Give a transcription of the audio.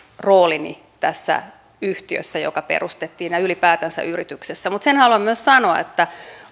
roolini tässä yhtiössä joka perustettiin ja ylipäätänsä yrityksessä mutta sen haluan myös sanoa että